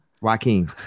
Joaquin